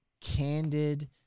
candid